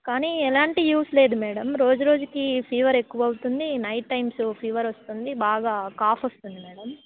కానీ ఎలాంటి యూజ్ లేదు మేడమ్ రోజు రోజుకి ఫీవర్ ఎక్కువ అవుతుంది నైట్ టైమ్స్ ఫీవర్ వస్తుంది బాగా కాఫ్ వస్తుంది మేడమ్